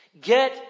Get